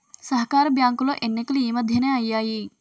సహకార బ్యాంకులో ఎన్నికలు ఈ మధ్యనే అయ్యాయి